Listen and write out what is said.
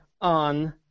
on